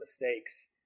mistakes